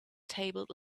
tabled